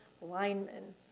linemen